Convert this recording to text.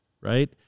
right